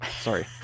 sorry